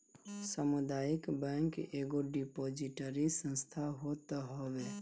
सामुदायिक बैंक एगो डिपोजिटरी संस्था होत हवे